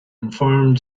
informed